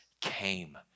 came